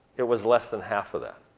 it was less than half of that.